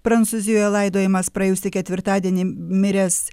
prancūzijoje laidojamas praėjusį ketvirtadienį miręs